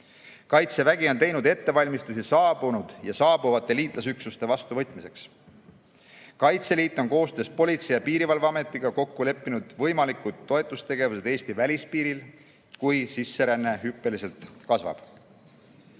Kaitsevägi on teinud ettevalmistusi saabunud ja saabuvate liitlasüksuste vastuvõtmiseks. Kaitseliit on koostöös Politsei- ja Piirivalveametiga kokku leppinud võimalikud toetustegevused Eesti välispiiril, kui sisseränne hüppeliselt kasvab.